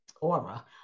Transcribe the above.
aura